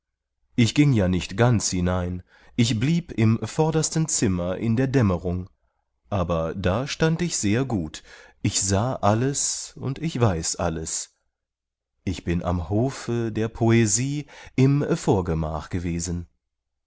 ich ging ja nicht ganz hinein ich blieb im vordersten zimmer in der dämmerung aber da stand ich sehr gut ich sah alles und ich weiß alles ich bin am hofe der poesie im vorgemach gewesen